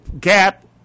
gap